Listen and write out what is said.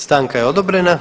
Stanka je odobrena.